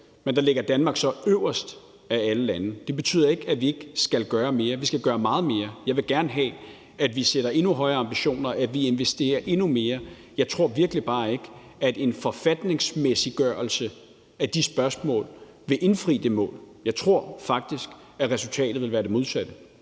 skal – ligger Danmark så øverst af alle lande. Det betyder ikke, at vi ikke skal gøre mere; vi skal gøre meget mere. Jeg vil gerne have, at vi sætter endnu højere ambitioner, og at vi investerer endnu mere. Jeg tror virkelig bare ikke, at en forfatningsgørelse af de spørgsmål vil indfri det mål. Jeg tror faktisk, at resultatet vil være det modsatte.